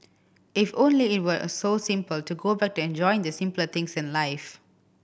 if only it were a so simple to go back to enjoying the simpler things in life